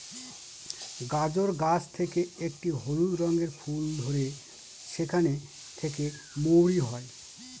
গাজর গাছ থেকে একটি হলুদ রঙের ফুল ধরে সেখান থেকে মৌরি হয়